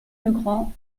legrand